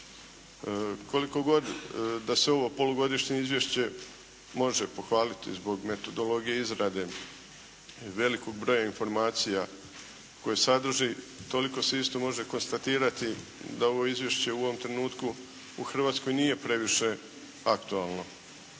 Koliko god da se ovo polugodišnje izvješće može pohvaliti zbog metodologije izrade velikog broja informacija koje sadrži, toliko se isto može konstatirati da ovo izvješće u ovom trenutku u Hrvatskoj nije previše aktualno.